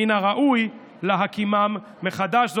שמן הראוי להקימם מחדש.